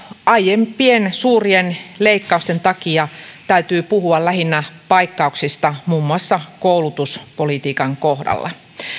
aiempien suurien leikkausten takia täytyy puhua lähinnä paikkauksista muun muassa koulutuspolitiikan kohdalla